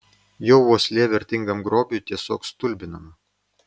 jo uoslė vertingam grobiui tiesiog stulbinama